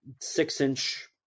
six-inch